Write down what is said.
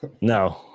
No